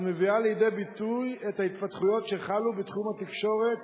ומביאה לידי ביטוי את ההתפתחויות שחלו בתחום התקשורת